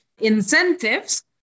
incentives